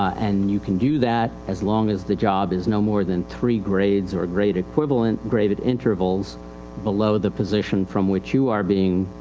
and you can do that as long as the job is no more than three grades or a grade equivalent, grade at intervals below the position from which you are being,